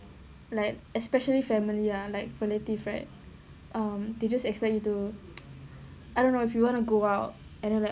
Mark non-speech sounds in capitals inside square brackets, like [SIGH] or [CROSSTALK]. like especially family ah like relative right um they just expect you to [NOISE] I don't know if you want to go out and then like